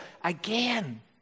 Again